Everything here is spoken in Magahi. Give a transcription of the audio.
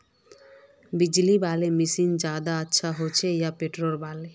बिजली वाला मशीन ज्यादा अच्छा होचे या पेट्रोल वाला?